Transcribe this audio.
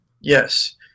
Yes